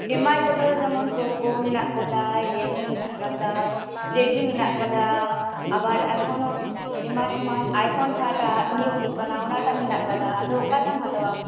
ᱮᱢᱟᱭ ᱛᱮᱫᱚ ᱡᱮᱢᱚᱱ ᱯᱳᱠᱳ ᱢᱮᱱᱟᱜ ᱠᱟᱫᱟ ᱨᱤᱭᱮᱞᱢᱤ ᱢᱮᱱᱟᱜ ᱠᱟᱫᱟ ᱨᱮᱰᱢᱤ ᱢᱮᱱᱟᱜ ᱠᱟᱫᱟ ᱟᱵᱟᱨ ᱮᱠᱷᱳᱱᱳ ᱮᱢᱟᱱ ᱮᱢᱟᱱ ᱟᱭᱯᱷᱳᱱ ᱡᱟᱦᱟᱸᱴᱟ ᱱᱤᱭᱩ ᱫᱚ ᱠᱟᱱᱟ ᱚᱱᱟᱴᱟ ᱢᱮᱱᱟᱜ ᱟᱠᱟᱫᱟ ᱟᱫᱚ ᱚᱠᱟᱴᱟᱢ ᱦᱟᱛᱟᱣᱟ